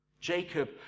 Jacob